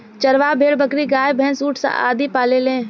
चरवाह भेड़, बकरी, गाय, भैन्स, ऊंट आदि पालेले